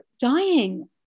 dying